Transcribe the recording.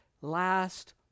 last